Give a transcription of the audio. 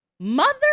Mother